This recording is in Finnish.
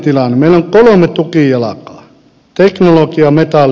teknologia metalli ja puu